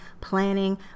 planning